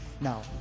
Now